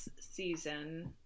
season